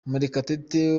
murekatete